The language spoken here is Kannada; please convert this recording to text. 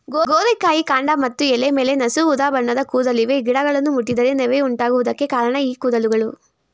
ಗೋರಿಕಾಯಿ ಕಾಂಡ ಮತ್ತು ಎಲೆ ಮೇಲೆ ನಸು ಉದಾಬಣ್ಣದ ಕೂದಲಿವೆ ಗಿಡವನ್ನು ಮುಟ್ಟಿದರೆ ನವೆ ಉಂಟಾಗುವುದಕ್ಕೆ ಕಾರಣ ಈ ಕೂದಲುಗಳು